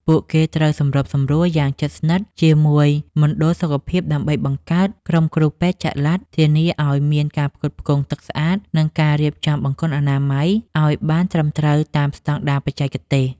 ពួកគេត្រូវសម្របសម្រួលយ៉ាងជិតស្និទ្ធជាមួយមណ្ឌលសុខភាពដើម្បីបង្កើតក្រុមគ្រូពេទ្យចល័ត ធានាឱ្យមានការផ្គត់ផ្គង់ទឹកស្អាត និងការរៀបចំបង្គន់អនាម័យឱ្យបានត្រឹមត្រូវតាមស្តង់ដារបច្ចេកទេស។